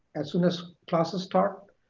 as soon as classes start,